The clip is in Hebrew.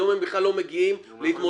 היום הם בכלל לא מגיעים להתמודד.